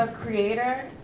um creator,